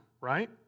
right